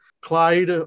Clyde